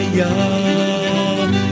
young